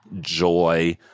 joy